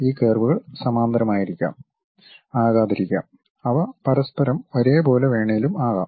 ഈ കർവുകൾ സമാന്തരമായിരിക്കാം ആകാതിരിക്കാം അവ പരസ്പരം ഒരുപോലെ വേണേലും ആകാം